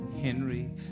Henry